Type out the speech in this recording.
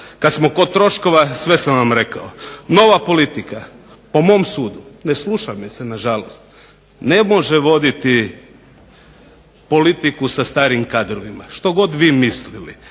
Kad smo kod troškova, sve sam vam rekao. Nova politika po mom sudu, ne sluša me se nažalost, ne može voditi politiku sa starim kadrovima što god vi mislili